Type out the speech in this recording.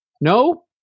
No